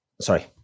sorry